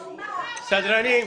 סדרנים.